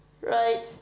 right